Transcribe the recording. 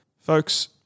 folks